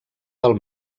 del